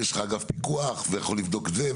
ויש לך אגף פיקוח ,ויכול לבדוק את זה,